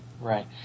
right